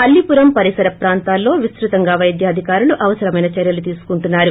అల్లిపురం పరిసర ప్రాంతాల్లో విస్తృతంగా వైద్యాధికారులు అవసరమైన చర్యలు తీసుకుంటున్నారు